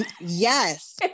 Yes